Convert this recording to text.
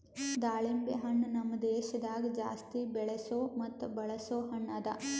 ದಾಳಿಂಬೆ ಹಣ್ಣ ನಮ್ ದೇಶದಾಗ್ ಜಾಸ್ತಿ ಬೆಳೆಸೋ ಮತ್ತ ಬಳಸೋ ಹಣ್ಣ ಅದಾ